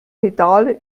pedale